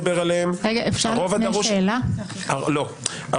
אני אקטע אותך --- לא מקובל עליי.